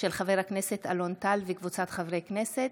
של חבר הכנסת אלון טל וקבוצת חברי הכנסת,